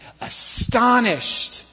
astonished